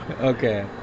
Okay